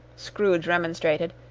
scrooge remonstrated,